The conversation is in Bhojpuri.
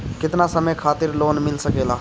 केतना समय खातिर लोन मिल सकेला?